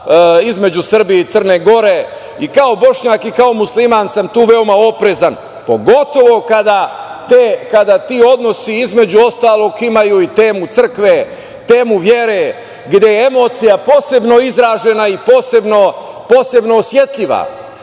između Srbije i Crne Gore i kao Bošnjak i kao musliman sam tu veoma oprezan, pogotovo kada ti odnosi, između ostalog, imaju i temu crkve, temu vere, gde je emocija posebno izražena i posebno osetljiva,